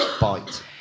bite